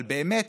אבל באמת,